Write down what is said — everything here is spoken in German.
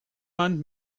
man